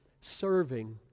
serving